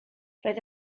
roedd